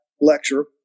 lecture